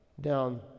down